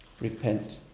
Repent